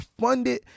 funded